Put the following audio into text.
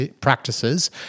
practices